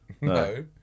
No